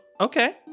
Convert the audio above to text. Okay